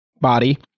body